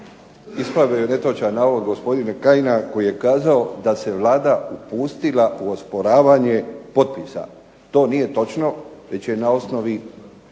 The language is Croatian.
Ispravio bih netočan navod gospodina Kajina koji je kazao da se Vlada upustila u osporavanje potpisa. To nije točno već je na osnovi